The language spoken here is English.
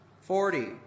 forty